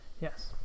Yes